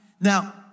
Now